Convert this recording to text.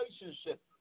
relationship